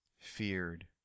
feared